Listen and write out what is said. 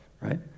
right